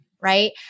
right